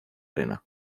arena